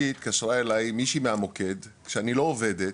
התקשרה אליי מישהי מהמוקד כשאני לא עובדת.